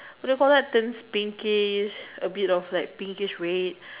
the colour turns pinkish a bit of like pinkish red